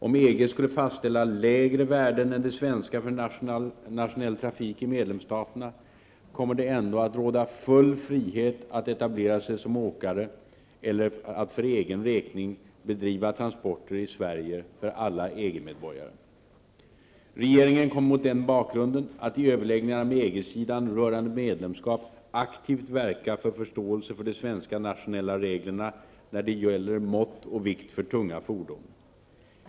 Om EG skulle fastställa lägre värden än de svenska för nationell trafik i medlemsstaterna, kommer det ändå att råda full frihet att etablera sig som åkare eller att för egen räkning bedriva transporter i Sverige för alla EG Regeringen kommer mot den bakgrunden att i överläggningarna med EG-sidan rörande medlemskap aktivt verka för förståelse för de svenska nationella reglerna när det gäller mått och vikt för tunga fordon.